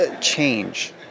Change